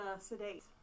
sedate